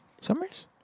Summers